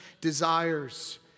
desires